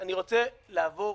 אני רוצה, ברשותכם,